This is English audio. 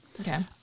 Okay